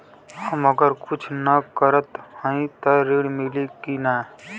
हम अगर कुछ न करत हई त ऋण मिली कि ना?